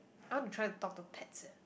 I wanna try talk to pets eh